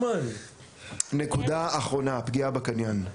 ונקודה אחרונה: הפגיעה בקניין.